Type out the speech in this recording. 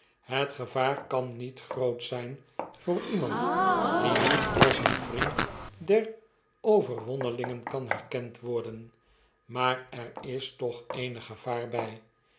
het gevaar kan niet groot zyn voor iemand die niet als een vriend der overwonnelingen kan herkend worden maar er is toch eenig gevaar